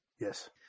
Yes